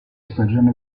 stagione